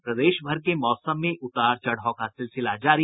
और प्रदेशभर के मौसम में उतार चढ़ाव का सिलसिला जारी